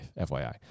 FYI